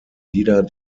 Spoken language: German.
wieder